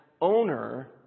owner